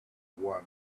won